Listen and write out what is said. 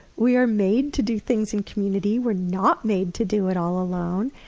we are made to do things in community. we're not made to do it all alone.